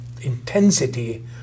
intensity